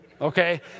okay